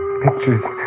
pictures